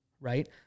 right